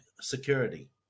security